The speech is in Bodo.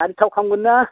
गारि थाव खामगोन्ना